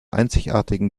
einzigartigen